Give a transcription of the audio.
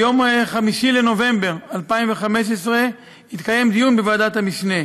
ביום 5 בנובמבר 2015 התקיים דיון בוועדת המשנה